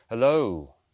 Hello